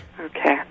Okay